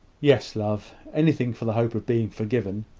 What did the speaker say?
yes, love anything for the hope of being forgiven.